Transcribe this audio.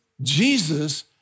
Jesus